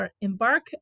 embark